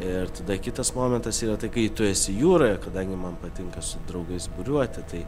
ir tada kitas momentas yra tai kai tu esi jūroje kadangi man patinka su draugais buriuoti tai